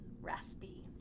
raspy